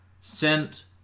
sent